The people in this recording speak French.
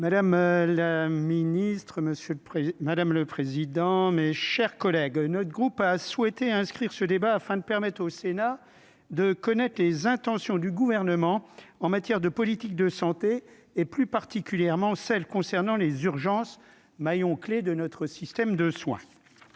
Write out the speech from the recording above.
le président, madame le président, mes chers collègues, notre groupe a souhaité inscrire ce débat afin de permettre au Sénat, de connaître les intentions du gouvernement en matière de politique de santé et plus particulièrement celles concernant les urgences maillon clé de notre système de soins.